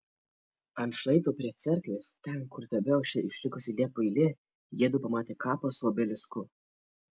ant šlaito prie cerkvės ten kur tebeošė išlikusi liepų eilė jiedu pamatė kapą su obelisku